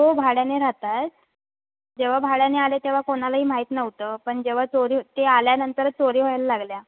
हो भाड्याने राहत आहेत जेव्हा भाड्याने आले तेव्हा कोणालाही माहीत नव्हतं पण जेव्हा चोरी होती ते आल्यानंतरच चोरी व्हायला लागल्या